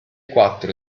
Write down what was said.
quattro